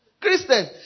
christian